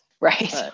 Right